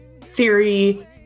theory